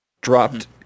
dropped